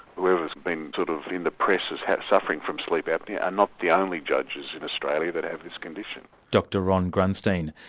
whoever's been sort of in the press as suffering from sleep apnoea, are not the only judges in australia that have this condition. dr ron grunstein.